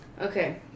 Okay